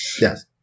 Yes